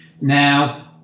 Now